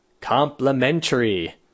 complimentary